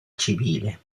civile